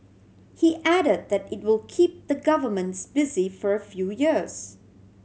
he added that it will keep the governments busy for a few years